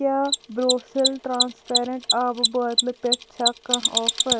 کیٛاہ Borosil transparent آبہٕ بوتلہِ پٮ۪ٹھ چھا کانٛہہ آفر